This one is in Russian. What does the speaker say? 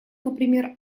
например